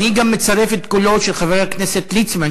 אני גם מצרף את קולו של חבר הכנסת ליצמן,